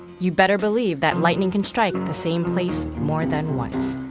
you better believe that lightning can strike the same place more than once.